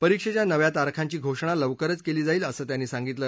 परीक्षेच्या नव्या तारखांची घोषणा लवकरच केली जाईल असं त्यांनी सांगितलं